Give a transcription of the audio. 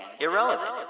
irrelevant